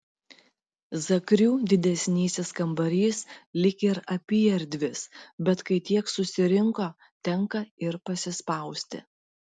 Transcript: zakrių didesnysis kambarys lyg ir apyerdvis bet kai tiek susirinko tenka ir pasispausti